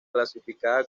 clasificada